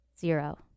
Zero